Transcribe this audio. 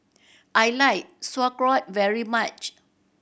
I like Sauerkraut very much